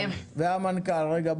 רגע,